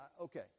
okay